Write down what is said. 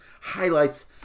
highlights